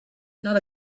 not